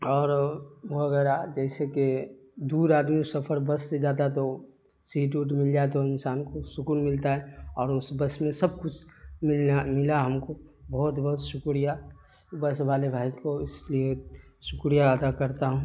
اور وغیرہ جیسے کہ دور آدمی سفر بس سے جاتا تو سیٹ ووٹ مل جائے تو انسان کو سکون ملتا ہے اور اس بس میں سب کچھ ملنا ملا ہم کو بہت بہت شکریہ بس والے بھائی کو اس لیے شکریہ ادا کرتا ہوں